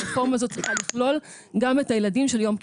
הרפורמה הזאת צריכה לכלול גם את הילדים של יום כיפור.